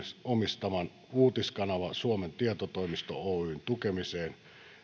omistaman uutiskanava suomen tietotoimisto oyn tukemiseen